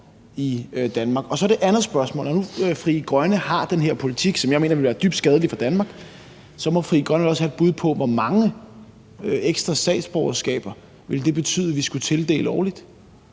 i Danmark? Det andet spørgsmål er, at Frie Grønne, når nu man har den politik, som jeg mener vil være dybt skadelig for Danmark, vel så også må have et bud på, hvor mange ekstra statsborgerskaber det ville betyde at vi skulle tildele årligt.